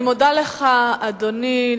אני מודה לך, אדוני.